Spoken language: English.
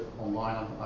online